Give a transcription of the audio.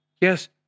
Yes